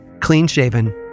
clean-shaven